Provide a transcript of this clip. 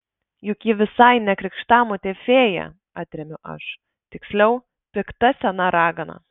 juk ji visai ne krikštamotė fėja atremiu aš tiksliau pikta sena ragana